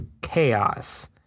chaos